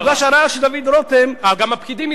הוגש ערר של דוד רותם דרך, אה, גם הפקידים,